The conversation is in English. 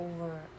over